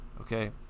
okay